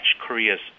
Korea's